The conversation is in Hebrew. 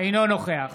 אינו נוכח